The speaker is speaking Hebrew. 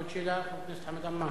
עוד שאלה, חבר הכנסת חמד עמאר.